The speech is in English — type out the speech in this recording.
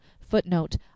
FOOTNOTE